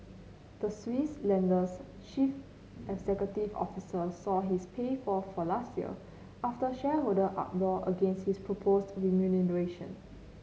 the Swiss lender's chief executive officer saw his pay fall for last year after shareholder uproar against his proposed remuneration